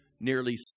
nearly